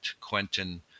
Quentin